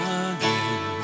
again